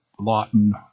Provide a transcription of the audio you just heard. Lawton